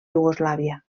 iugoslàvia